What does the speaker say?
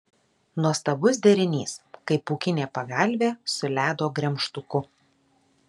nuostabus derinys kaip pūkinė pagalvė su ledo gremžtuku